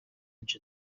edge